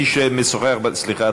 סליחה,